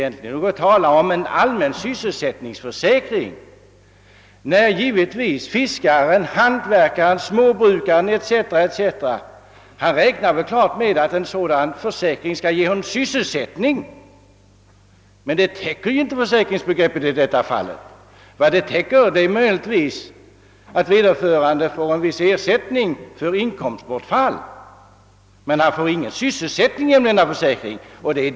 Man talar om en allmän sysselsättningsförsäkring, när givetvis fiskaren, hantverkaren, småbrukaren etc. räknar med att en sådan försäkring skall ge honom sysselsättning. Men det täcker ju inte försäkringsbegreppet i detta fall. Vad det täcker är möjligtvis att vederbörande får en viss ersättning för inkomstbortfall, men han får inte någon sysselsättning genom denna försäkring.